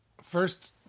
first